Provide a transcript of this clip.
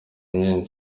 myinshi